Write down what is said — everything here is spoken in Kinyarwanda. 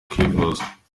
kwivuza